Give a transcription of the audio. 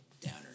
downer